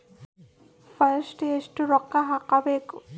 First ಎಷ್ಟು ರೊಕ್ಕ ಹಾಕಬೇಕು?